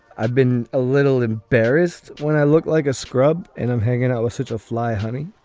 i've been a little embarrassed when i look like a scrub and i'm hanging out with such a fly, honey.